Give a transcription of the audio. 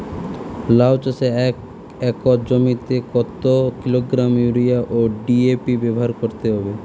লাউ চাষে এক একর জমিতে কত কিলোগ্রাম ইউরিয়া ও ডি.এ.পি ব্যবহার করতে হবে?